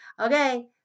Okay